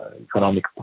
economic